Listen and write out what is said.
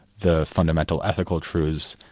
the fundamental ethical truths,